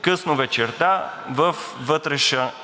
Късно вечерта във